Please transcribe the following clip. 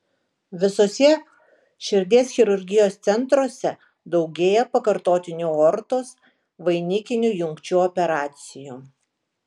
visuose širdies chirurgijos centruose daugėja pakartotinių aortos vainikinių jungčių operacijų